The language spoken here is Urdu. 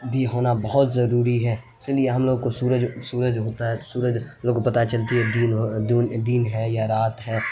بھی ہونا بہت ضروری ہے اسی لیے ہم لوگ کو سورج سورج ہوتا ہے سورج لوگوں کو پتا چلتی ہے دن ہے یا رات ہے